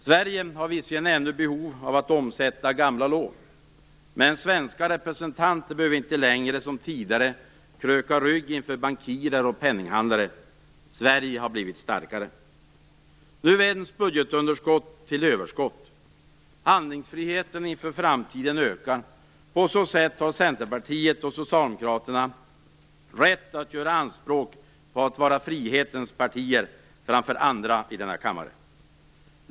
Sverige har visserligen ännu behov av att omsätta gamla lån. Men svenska representanter behöver inte längre, som tidigare, kröka rygg inför bankirer och penninghandlare. Sverige har blivit starkare. Nu vänds budgetunderskott till överskott. Handlingsfriheten inför framtiden ökar. På så sätt har Centerpartiet och Socialdemokraterna rätt att göra anspråk på att vara frihetens partier framför andra i denna kammare.